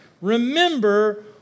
Remember